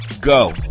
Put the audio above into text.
Go